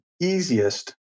easiest